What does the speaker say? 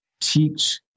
teach